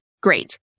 great